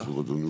הזמנים.